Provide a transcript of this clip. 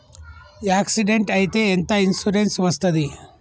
Accident అయితే ఎంత insurance వస్తది?